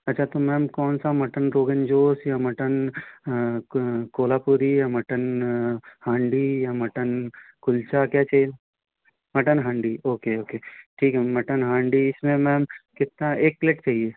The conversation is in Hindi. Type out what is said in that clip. अच्छा तो मैम कौनसा मटन रोगन जोश या मटन कोल्हापुरी मटन हांडी या मटन कुल्चा क्या चाहिए मटन हांडी ओके ओके ठीक है मटन हांडी इसमें मैम कितना एक प्लेट चाहिए